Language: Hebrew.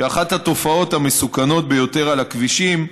שאחת התופעות המסוכנות ביותר על הכבישים,